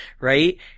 right